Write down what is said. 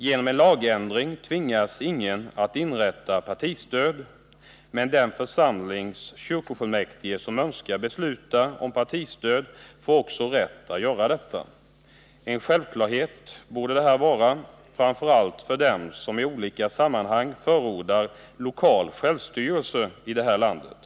Genom en lagändring tvingas ingen att inrätta partistöd, men den församling som genom sina kyrkofullmäktige önskar besluta om partistöd får också rätt att göra detta. Detta borde vara en självklarhet framför allt för dem som i olika sammanhang förordar lokal självstyrelse i det här landet.